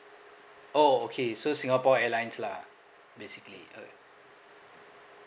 oh okay so singapore airlines lah basically alright